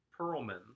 Perlman